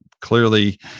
clearly